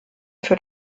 für